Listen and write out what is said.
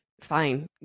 Fine